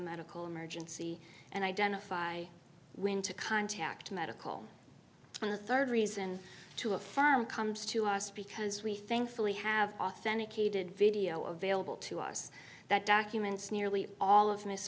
medical emergency and identify when to contact medical on the rd reason to affirm comes to us because we thankfully have authenticated video available to us that documents nearly all of th